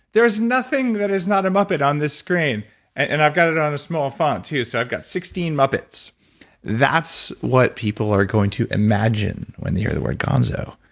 there is nothing that is not a muppet on this screen and i've got it on small font, too, so i've got sixteen muppets that's what people are going to imagine when they hear the word gonzo,